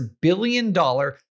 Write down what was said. billion-dollar